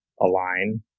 align